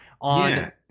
on